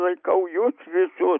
laikau jus visus